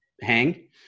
hang